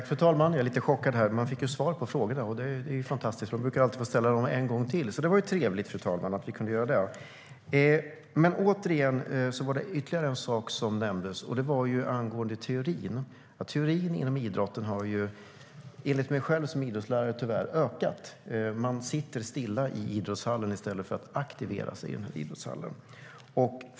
Fru talman! Jag är lite chockad. Jag fick svar på frågorna. Det är fantastiskt! Jag brukar alltid få ställa dem en gång till. Det var trevligt, fru talman. Ytterligare en sak nämndes, nämligen teorin. Jag är själv idrottslärare, och jag anser att teorin inom idrotten tyvärr har ökat. Man sitter stilla i idrottshallen i stället för att aktivera sig i idrottshallen.